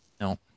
No